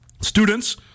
Students